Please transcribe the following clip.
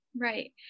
Right